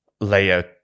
layout